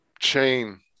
chain